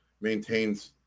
maintains